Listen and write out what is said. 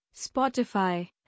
Spotify